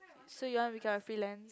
so you want to become a freelance